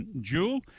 Jewel